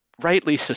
rightly